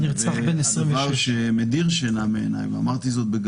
הנרצח בן 26. שאלה הרציחות הגלויות שמובנות